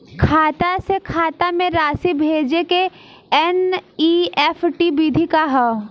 खाता से खाता में राशि भेजे के एन.ई.एफ.टी विधि का ह?